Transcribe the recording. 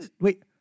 wait